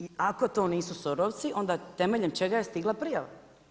I ako to nisu SOR-ovci onda temeljem čega je stigla prijava?